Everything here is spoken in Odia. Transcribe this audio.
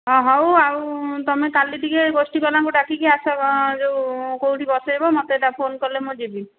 ହଁ ହେଉ ଆଉ ତୁମେ କାଲି ଟିକିଏ ଗୋଷ୍ଠୀ ବାଲାଙ୍କୁ ଡାକିକି ଆସ ଯେଉଁ କେଉଁଠି ବସାଇବ ମୋତେ ଫୋନ କଲେ ମୁଁ ଯିବି